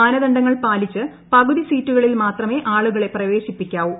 മാനദണ്ഡങ്ങൾ പാലിച്ച് പകുതി സീറ്റുകളിൽ മാത്രമേ ആളുകളെ പ്രവേശിപ്പിക്കാവൂ